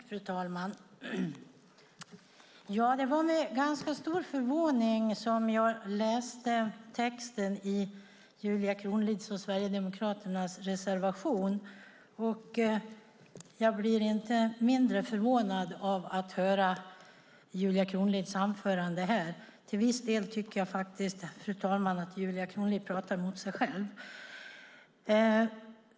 Fru talman! Det var med ganska stor förvåning jag läste texten i Julia Kronlids och Sverigedemokraternas reservation, och jag blir inte mindre förvånad av att höra Julia Kronlids anförande här. Till viss del tycker jag, fru talman, att Julia Kronlid pratar emot sig själv.